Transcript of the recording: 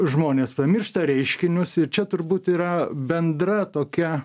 žmonės pamiršta reiškinius ir čia turbūt yra bendra tokia